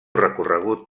recorregut